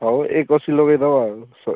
ହଉ ଏକ ଅଶୀ ଲଗାଇଦବା ଆଉ ସ